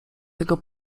tego